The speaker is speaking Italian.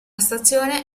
stazione